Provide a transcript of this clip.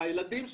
הילדים שלנו,